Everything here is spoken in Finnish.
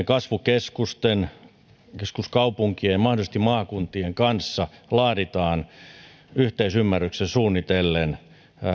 kasvukeskusten keskuskaupunkien ja mahdollisesti maakuntien kanssa laaditaan yhteisymmärryksessä suunnitellen